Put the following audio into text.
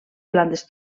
plantes